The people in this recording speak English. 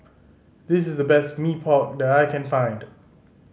this is the best Mee Pok that I can find